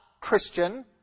Christian